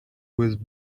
with